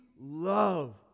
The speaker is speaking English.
love